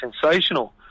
sensational